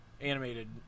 animated